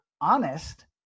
honest